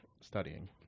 studying